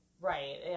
Right